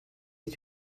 est